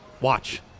watch